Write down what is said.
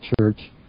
Church